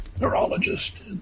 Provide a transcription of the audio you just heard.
neurologist